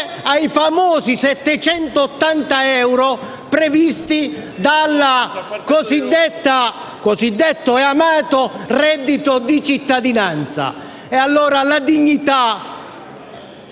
ai famosi 780 euro previsti dal cosiddetto e amato reddito di cittadinanza. Dobbiamo dunque